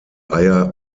eier